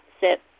sit